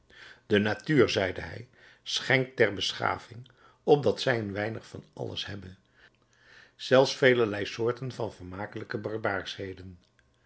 de natuur zeide hij schenkt der beschaving opdat zij een weinig van alles hebbe zelfs velerlei soorten van vermakelijke barbaarschheden